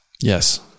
Yes